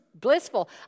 Blissful